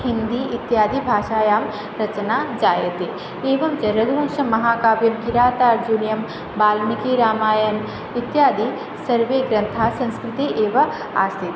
हिन्दी इत्यादि भाषायां रचना जायते एवं च रघुवंशमहाकाव्यं किरातार्जुनीयं वाल्मीकिरामायणम् इत्यादि सर्वे ग्रन्थाः संस्कृते एव आसीत्